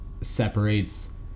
separates